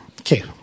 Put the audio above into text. Okay